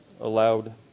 allowed